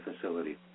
facility